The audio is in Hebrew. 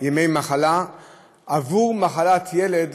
ולנצל ימי מחלה עבור מחלת ילד